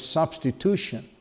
substitution